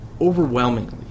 overwhelmingly